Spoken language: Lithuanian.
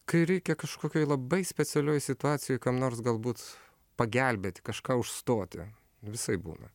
kai reikia kažkokioje labai specialioj situacijoj kam nors galbūt pagelbėt kažką užstoti visaip būna